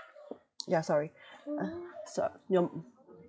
ya sorry uh so your